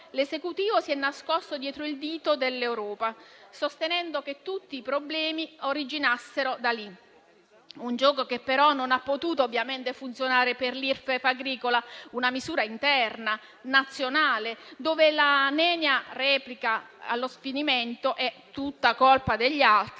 l'Esecutivo si è nascosto dietro il dito dell'Europa, sostenendo che tutti i problemi originassero da lì; un gioco che però non ha potuto ovviamente funzionare per l'Irpef agricola, una misura interna nazionale dove la nenia replicata allo sfinimento «tutta colpa degli altri»